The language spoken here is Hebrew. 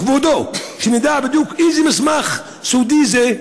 מכבודו, שנדע בדיוק איזה מסמך סודי זה,